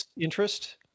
interest